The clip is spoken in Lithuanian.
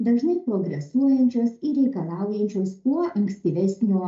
dažnai progresuojančios ir reikalaujančios kuo ankstyvesnio